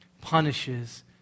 punishes